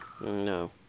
no